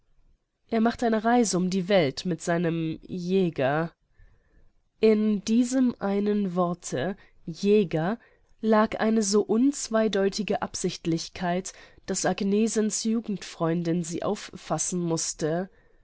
er macht eine reise um die welt mit seinem jäger in diesem einen worte jäger lag eine so unzweideutige absichtlichkeit daß agnesens jugendfreundin sie auffassen mußte